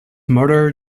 motor